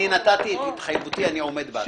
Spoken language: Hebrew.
נתתי את התחייבותי ואני עומד בה.